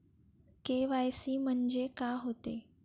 KYC म्हंनजे का होते?